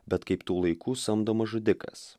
bet kaip tų laikų samdomas žudikas